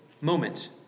moment